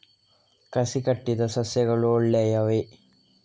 ಕಸಿ ಕಟ್ಟಿದ ಸಸ್ಯಗಳು ಒಳ್ಳೆಯವೇ?